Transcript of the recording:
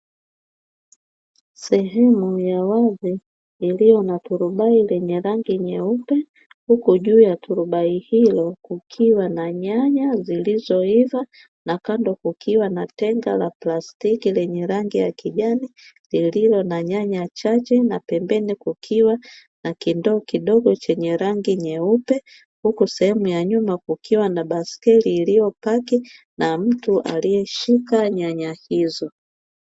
Sehemu ya wazi iliyo na turubai lenye rangi nyeupe huku juu ya turubai hilo kukiwa na nyanya zilizoiva na kando kukiwa na tenga plastiki lenye rangi ya kijani lililo na nyanya chache na pembeni kukiwa na kindoo kidogo chenye rangi nyeupe. Huku sehemu ya nyuma kukiwa na baisikeli iliyopaki na mtu aliyeshika nyanya hizo.